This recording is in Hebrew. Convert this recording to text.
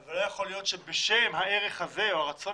אבל לא יכול להיות שבשם הערך הזה או הרצון